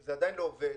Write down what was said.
זה עדיין לא עובד.